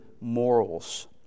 morals